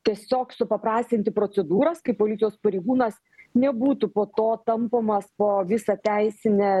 tiesiog supaprastinti procedūras kai policijos pareigūnas nebūtų po to tampomas po visą teisinę